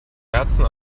kerzen